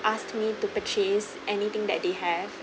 asked me to purchase anything that they have